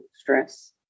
stress